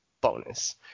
bonus